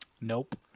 Nope